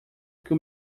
que